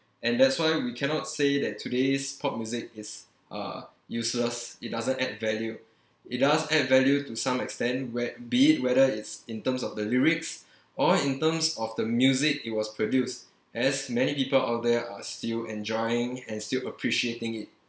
and that's why we cannot say that today's pop music is uh useless it doesn't add value it does add value to some extent where be it whether it's in terms of the lyrics or in terms of the music it was produced as many people out there are still enjoying and still appreciating it